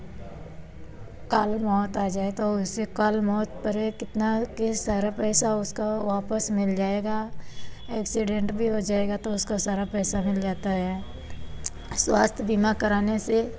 कल मौत आ जाए तो उसे कल मौत पर यह कितना कि सारा पैसा उसका वापस मिल जाएगा एक्सीडेंट भी हो जाएगा तो उसको सारा पैसा मिल जाता है स्वास्थ्य बीमा कराने से